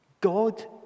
God